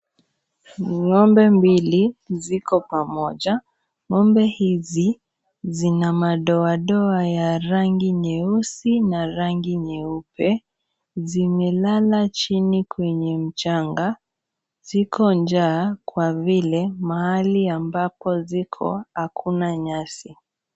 Ng'ombe mbili ziko pamoja. Ng'ombe hizi zina madoadoa ya rangi nyeusi na rangi nyeupe. Zimelala chini kwenye mchanga. Ziko njaa kwa vile mahali ambapo ziko hakuna nyasi.